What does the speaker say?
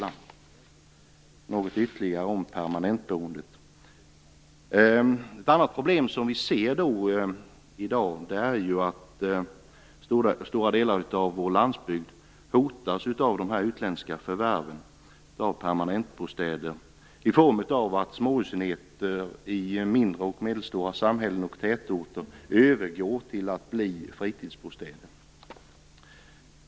Jag vill säga något ytterligare om permanentboendet. Bland de problem vi i dag ser är att stora delar av vår landsbygd hotas av de utländska förvärven av permanentbostäder i form av att småhusenheter i mindre och medelstora samhällen och tätorter övergår till att bli fritidsbostäder.